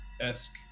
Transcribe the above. esque